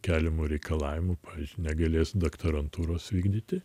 keliamų reikalavimų pavyzdžiui negalės doktorantūros vykdyti